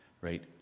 right